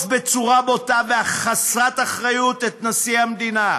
בצורה בוטה וחסרת אחריות את נשיא המדינה?